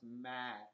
mad